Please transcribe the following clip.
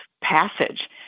passage